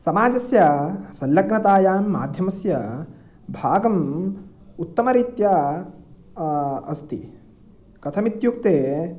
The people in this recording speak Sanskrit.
समाजस्य संल्लग्नतायां माध्यमस्य भागम् उत्तमरीत्या अस्ति कथमित्युक्ते